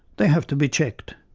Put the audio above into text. they have to be checked